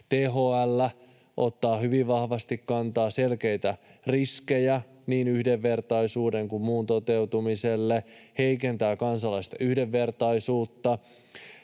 THL ottaa hyvin vahvasti kantaa: selkeitä riskejä niin yhdenvertaisuuden kuin muun toteutumiselle, heikentää kansalaisten yhdenvertaisuutta.